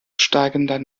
steigender